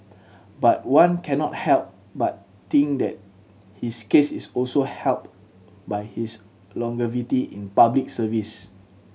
but one cannot help but think that his case is also helped by his longevity in Public Service